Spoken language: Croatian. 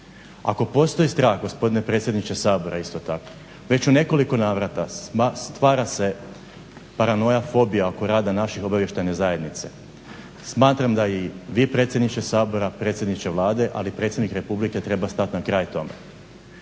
Ako postoji strah gospodine predsjedniče Sabora isto tako već u nekoliko navrata stvara se paranoja, fobija oko rade naše obavještajne zajednice. Smatram da i vi predsjedniče Sabora, predsjedniče Vlade, ali predsjednik Republike treba stati na kraj tome.